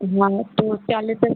हाँ तो चार लीटर